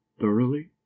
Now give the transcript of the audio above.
thoroughly